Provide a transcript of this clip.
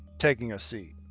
taking a seat.